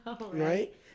right